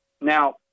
Now